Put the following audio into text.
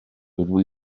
dydw